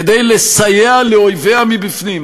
כדי לסייע לאויביה מבפנים,